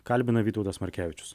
kalbino vytautas markevičius